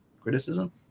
criticism